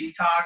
detox